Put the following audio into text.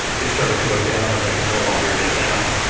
they started to go down and they could no longer get down.